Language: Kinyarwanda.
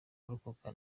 kurokoka